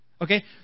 Okay